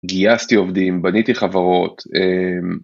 גייסתי עובדים, בניתי חברות.